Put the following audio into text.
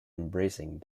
embracing